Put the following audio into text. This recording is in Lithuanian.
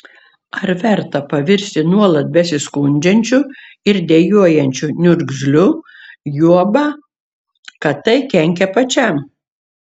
ar verta pavirsti nuolat besiskundžiančiu ir dejuojančiu niurgzliu juoba kad tai kenkia pačiam